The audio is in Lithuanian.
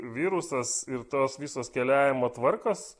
virusas ir tos visos keliavimo tvarkos